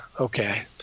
Okay